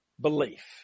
belief